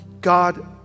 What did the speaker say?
God